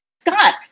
Scott